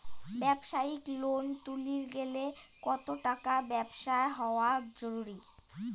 ব্যবসায়িক লোন তুলির গেলে কতো টাকার ব্যবসা হওয়া জরুরি?